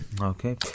Okay